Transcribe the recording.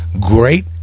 great